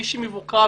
מי שמבוקר,